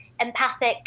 empathic